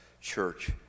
church